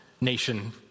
nation